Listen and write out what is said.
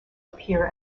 appear